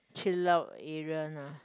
chill out area lah